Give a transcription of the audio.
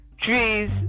trees